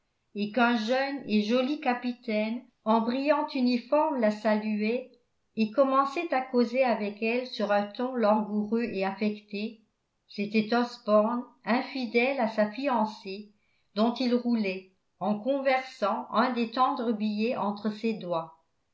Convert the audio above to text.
et qu'un jeune et joli capitaine en brillant uniforme la saluait et commençait à causer avec elle sur un ton langoureux et affecté c'était osborne infidèle à sa fiancée dont il roulait en conversant un des tendres billets entre ses doigts